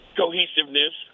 cohesiveness